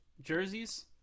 jerseys